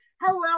Hello